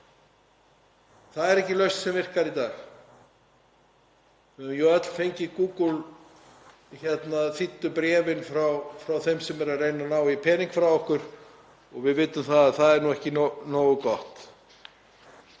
Það er ekki lausn sem virkar í dag. Við höfum jú öll fengið Google-þýddu bréfin frá þeim sem eru að reyna að ná í pening frá okkur og við vitum að það er ekki nógu gott.